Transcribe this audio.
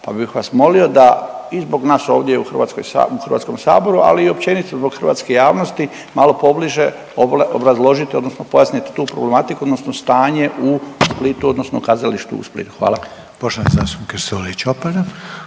pa bih vas molio da i zbog nas ovdje u Hrvatskom saboru, ali i općenito zbog hrvatske javnosti malo pobliže obrazložite odnosno pojasnite tu problematiku odnosno stanje u Splitu odnosno kazalište u Splitu. **Reiner, Željko